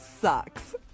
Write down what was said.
sucks